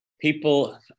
people